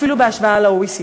אפילו בהשוואה ל-OECD,